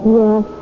yes